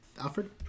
Alfred